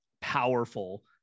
powerful